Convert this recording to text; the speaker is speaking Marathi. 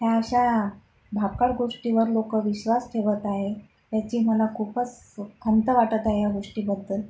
ह्या अशा भाकड गोष्टीवर लोकं विश्वास ठेवत आहे याची मला खूपच खंत वाटत आहे या गोष्टीबद्दल